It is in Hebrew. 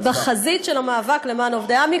אנחנו נמצאים בחזית של המאבק למען עמ"י,